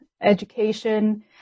education